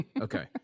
Okay